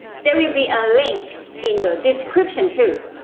there will be a link in the description too.